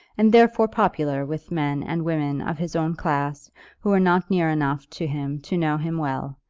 and therefore popular with men and women of his own class who were not near enough to him to know him well,